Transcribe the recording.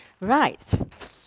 Right